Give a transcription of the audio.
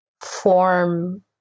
form